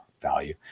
value